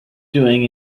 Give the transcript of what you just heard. doing